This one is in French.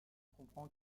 comprend